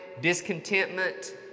discontentment